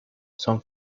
son